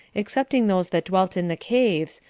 excepting those that dwelt in the caves,